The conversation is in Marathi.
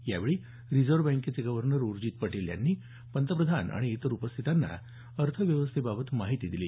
यावेळी रिजर्व्ह बँकेचे गव्हर्नर उर्जित पटेल यांनी पंतप्रधान आणि इतर उपास्थितांना अर्थव्यवस्थेबाबत माहिती दिली